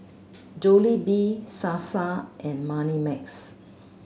Jollibee Sasa and Moneymax